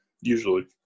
Usually